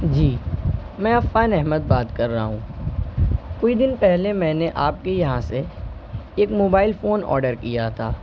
جی میں عفان احمد بات کر رہا ہوں کچھ دن پہلے میں نے آپ کے یہاں سے ایک موبائل فون آرڈر کیا تھا